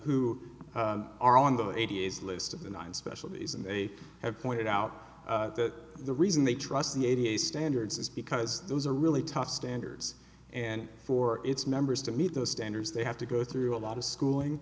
who are on the a d a s list of the nine specialties and they have pointed out that the reason they trust the a b a standards is because those are really tough standards and for its members to meet those standards they have to go through a lot of schooling